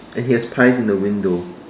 and he has pies in the window